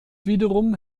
wiederum